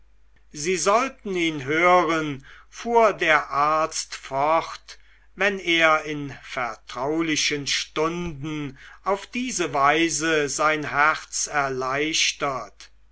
sie sollten ihn hören fuhr der arzt fort wenn er in vertraulichen stunden auf diese weise sein herz erleichtert